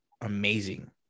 amazing